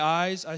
eyes